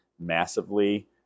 massively